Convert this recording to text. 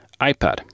iPad